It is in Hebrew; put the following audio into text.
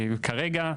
וכרגע,